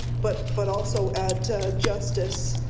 but but also at justice